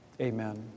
Amen